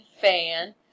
fan